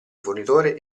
fornitore